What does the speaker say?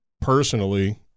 personally